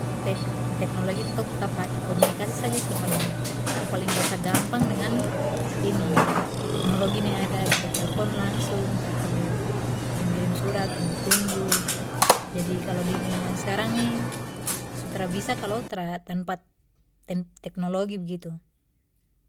Tek-teknologi ini tong tetap pake komunikasi saja su paling su paling rasa gampang dengan ini teknologi ni ada bisa telpon langsung tra perlu kirim kirim surat tunggu tunggu jadi kalo di dunia yang skarang ni su tra bisa kalo tra tanpa ten-teknologi begitu.